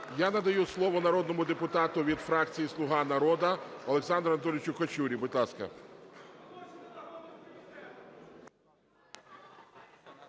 Я надаю слово народному депутату від фракції "Слуга народу" Олександру Анатолійовичу Качурі. Будь ласка.